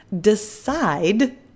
decide